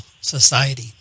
society